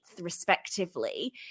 respectively